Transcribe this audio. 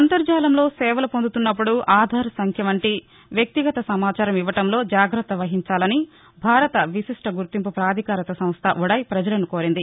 అంతర్జాలంలో సేవలు పొందుతున్నప్పుడు ఆధార్ సంఖ్య వంటి వ్యక్తిగత సమాచారం ఇవ్వడంలో జాగ్రత్త వహించాలని భారత విశిష్ట గుర్తింపు పాధికార సంస్ద ఉడాయ్ ప్రజలను కోరింది